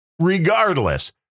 Regardless